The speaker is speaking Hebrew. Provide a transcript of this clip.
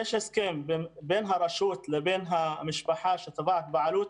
יש הסכם בין הרשות לבין המשפחה שתובעת בעלות.